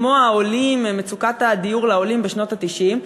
כמו מצוקת הדיור של העולים בשנות ה-90.